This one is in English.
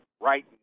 right